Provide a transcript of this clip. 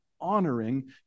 honoring